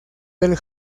del